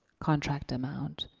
contract amount.